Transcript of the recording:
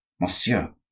Monsieur